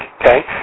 okay